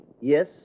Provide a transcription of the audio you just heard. Yes